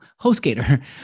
Hostgator